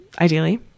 ideally